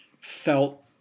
felt